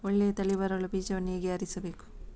ಒಳ್ಳೆಯ ತಳಿ ಬರಲು ಬೀಜವನ್ನು ಹೇಗೆ ಆರಿಸಬೇಕು?